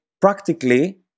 practically